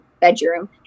Bedroom